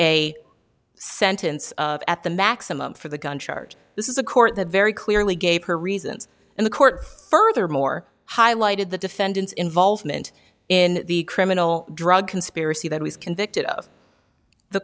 a sentence at the maximum for the gun charge this is a court that very clearly gave her reasons and the court furthermore highlighted the defendant's involvement in the criminal drug conspiracy that was convicted of the